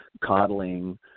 coddling